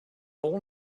all